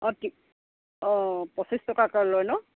অঁ অঁ পঁচিছ টকাকৈ লয় নহ্